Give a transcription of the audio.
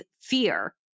fear